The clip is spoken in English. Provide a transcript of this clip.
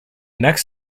next